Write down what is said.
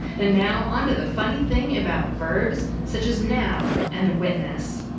and now, on to the funny thing about verbs such as nab and witness.